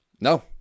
No